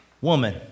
woman